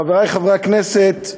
חברי חברי הכנסת,